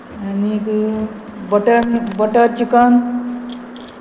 आनीक butter butter chicken